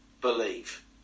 believe